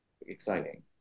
exciting